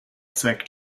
zeigt